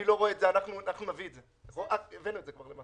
נביא את זה, כבר הבאנו את זה למעשה.